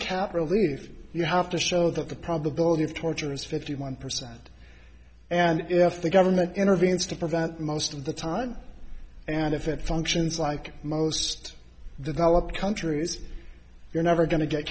capital leave you have to show that the probability of torture is fifty one percent and if the government intervenes to prevent most of the time and if it functions like most developed countries you're never go